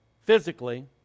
physically